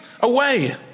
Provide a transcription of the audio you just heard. away